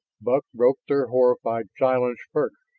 buck broke their horrified silence first.